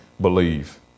believe